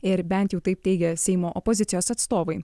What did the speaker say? ir bent jau taip teigia seimo opozicijos atstovai